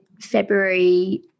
February